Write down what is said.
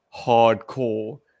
hardcore